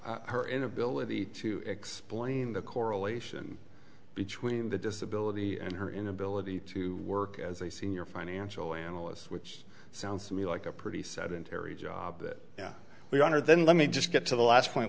but her inability to explain the correlation between the disability and her inability to work as a senior financial analyst which sounds to me like a pretty sedentary job that we're under then let me just get to the last point